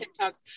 TikToks